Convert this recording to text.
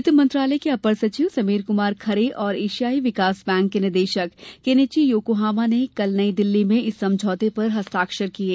वित्त मंत्रालय के अपर सचिव समीर कुमार खरे और एशियाई विकास बैंक के निदेशक केनिची योकोहामा ने कल नई दिल्ली में इस समझौते पर हस्ताक्षर किये